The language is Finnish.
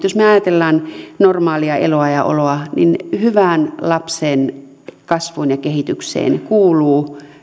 jos me ajattelemme normaalia eloa ja oloa niin hyvään lapsen kasvuun ja kehitykseen kuuluu